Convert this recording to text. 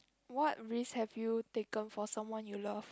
what risks have you taken for someone you love